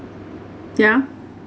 ya